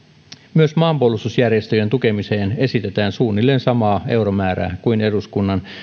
myös maanpuolustusjärjestöjen tukemiseen esitetään suunnilleen samaa euromäärää kuin eduskunnan